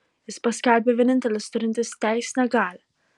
jis paskelbė vienintelis turintis teisinę galią